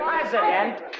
President